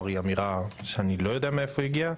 זו אמירה שאני לא יודע מאיפה היא הגיעה,